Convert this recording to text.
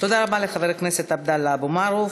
רבה לחבר הכנסת עבדאללה אבו מערוף.